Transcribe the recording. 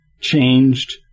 changed